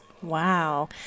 Wow